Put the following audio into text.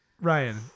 Ryan